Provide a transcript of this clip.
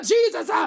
Jesus